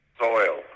soil